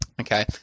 Okay